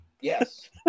yes